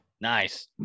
nice